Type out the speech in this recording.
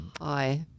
Hi